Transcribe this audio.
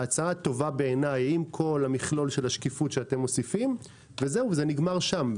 ההצעה הטובה בעיניי עם כל המכלול של השקיפות שאתם מוסיפים וזה נגמר שם.